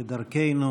כדרכנו,